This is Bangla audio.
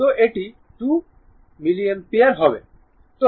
তো এটি 2 অ্যাম্পিয়ারহবে